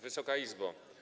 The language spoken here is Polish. Wysoka Izbo!